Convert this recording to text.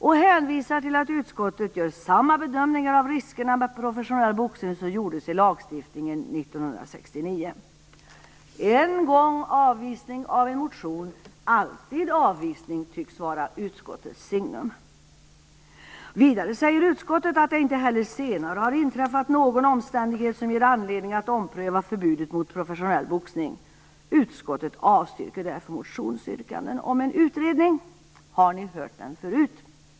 Man hänvisar till att utskottet gör samma bedömningar av riskerna med professionell boxning som gjordes inför lagstiftningen 1969. En gång avvisning av en motion - alltid avvisning tycks vara utskottets signum. Vidare säger utskottet att "det inte heller senare har inträffat någon omständighet som ger anledning att ompröva förbudet mot professionell boxning". Utskottet avstyrker därför motionsyrkandena om en utredning. Har ni hört det förut?